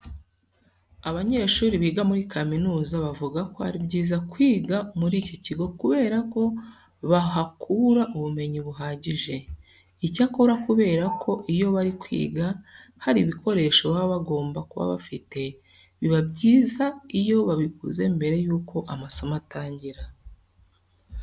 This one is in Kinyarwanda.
Abanyeshuri biga muri kaminuza bavuga ko ari byiza kwiga muri iki kigo kubera ko bahakura ubumenyi buhagije. Icyakora kubera ko iyo bari kwiga hari ibikoresho baba bagomba kuba bafite, biba byiza iyo babiguze mbere y'uko amasomo atangira.